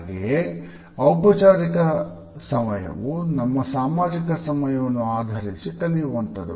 ಹಾಗೆಯೇ ಔಪಚಾರಿಕ ಸಮಯವು ನಮ್ಮ ಸಾಮಾಜಿಕ ಸಮಯವನ್ನು ಆಧರಿಸಿ ಕಲಿಯುವಂತಹುದು